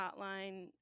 hotline